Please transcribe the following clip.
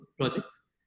projects